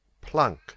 PLUNK